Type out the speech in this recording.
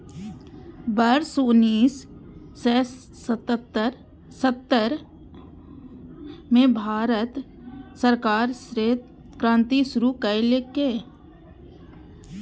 वर्ष उन्नेस सय सत्तर मे भारत सरकार श्वेत क्रांति शुरू केलकै